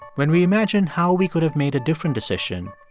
when we imagine how we could have made a different decision,